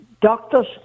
doctors